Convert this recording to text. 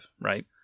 right